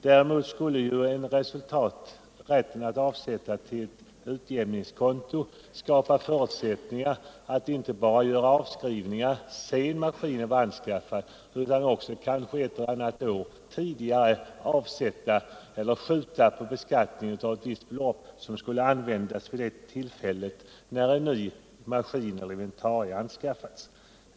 Däremot skulle rätten att avsätta till utjämningskonto skapa förutsättningar att inte bara göra avskrivningar sedan en maskin anskaffats utan att också ett eller annat år tidigare skjuta på beskattningen av ett visst belopp som skulle användas när en maskin eller andra inventarier anskaffas.